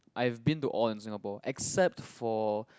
I've been to all in Singapore except for